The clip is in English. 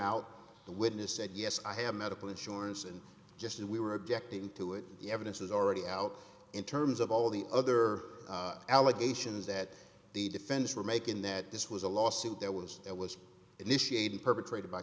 out the witness said yes i have medical insurance and just as we were objecting to it the evidence was already out in terms of all the other allegations that the defense were making that this was a lawsuit that was that was initiated perpetrated by